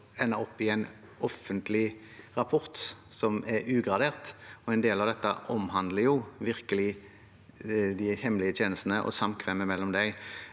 ende opp i en offentlig rapport som er ugradert. En del av dette omhandler jo de hemmelige tjenestene og samkvemmet mellom dem.